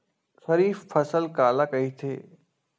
खरीफ फसल काला कहिथे?